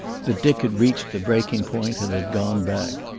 that dick had reached the breaking point and had gone back.